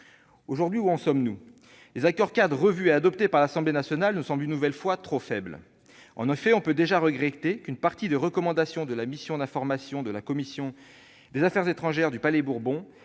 Aujourd'hui, où en sommes-nous ? Les accords-cadres revus et adoptés par l'Assemblée nationale nous semblent, une nouvelle fois, trop faibles. En effet, on peut déjà regretter qu'une partie des recommandations de la mission d'information de la commission des affaires étrangères du Palais-Bourbon